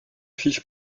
fiches